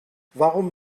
warum